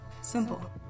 simple